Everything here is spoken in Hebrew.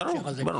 בהקשר הזה.